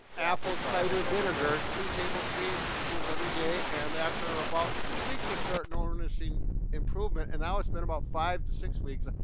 apple cider vinegar. two tablespoons every day, and after about two weeks, i start noticing improvement, and now it's been about five to six weeks. ah